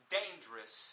dangerous